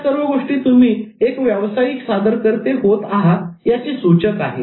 या सर्व गोष्टी तुम्ही एक व्यवसायिक सादरकर्ते होत आहात याचे सुचक आहे